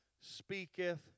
speaketh